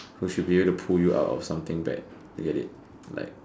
who should be able to pull you out of something bad you get it like